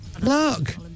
Look